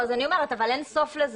לא, אז אני אומרת, אבל אין סוף לזה.